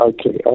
Okay